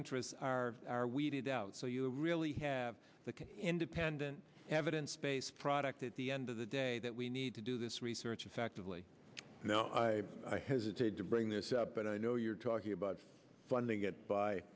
interests are are weeded out so you really have the independent evidence based product at the end of the day that we need to do this research effectively now i i hesitate to bring this up but i know you're talking about funding it by